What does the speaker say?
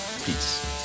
Peace